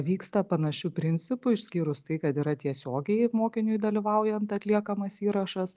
vyksta panašiu principu išskyrus tai kad yra tiesiogiai mokiniui dalyvaujant atliekamas įrašas